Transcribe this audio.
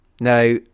Now